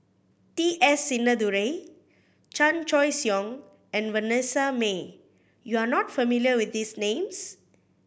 T S Sinnathuray Chan Choy Siong and Vanessa Mae you are not familiar with these names